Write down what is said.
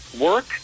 work